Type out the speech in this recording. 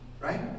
right